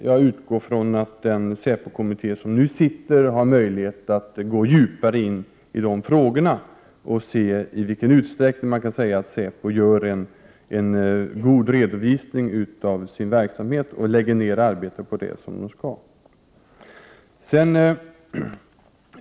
Jag utgår från att den säpokommitté som nu sitter har möjlighet att gå djupare in i de frågorna och se i vilken utsträckning säpo kan sägas göra en god redovisning av sin verksamhet och lägger ner arbete på det som man skall göra.